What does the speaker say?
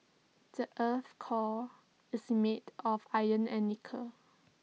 the Earth's core is made of iron and nickel